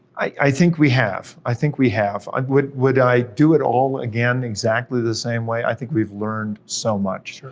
i think we have, i think we have. would would i do it all again exactly the same way? i think we've learned so much,